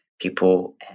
people